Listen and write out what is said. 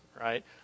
right